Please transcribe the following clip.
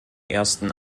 ersten